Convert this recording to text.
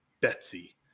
Betsy